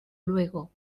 luego